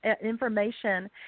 information